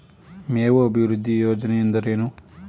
ಮೇವು ಅಭಿವೃದ್ಧಿ ಯೋಜನೆ ಎಂದರೇನು?